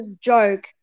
joke